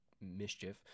mischief